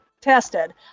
tested